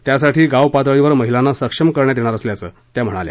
त्यासाठी गावपातळीवर महिलांना सक्षम करण्यात येणार असल्याचं त्या म्हणाल्या